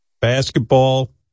basketball